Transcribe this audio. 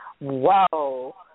wow